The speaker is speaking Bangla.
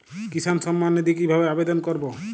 কিষান সম্মাননিধি কিভাবে আবেদন করব?